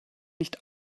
nicht